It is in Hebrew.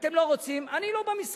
אתם לא רוצים, אני לא במשחק.